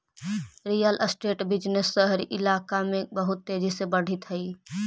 real estate business शहरी कइलाका में बहुत तेजी से बढ़ित हई